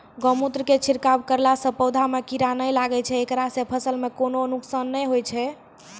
गोमुत्र के छिड़काव करला से पौधा मे कीड़ा नैय लागै छै ऐकरा से फसल मे कोनो नुकसान नैय होय छै?